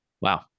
Wow